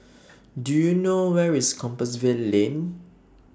Do YOU know Where IS Compassvale Lane